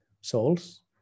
souls